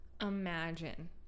imagine